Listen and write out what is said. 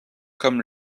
comme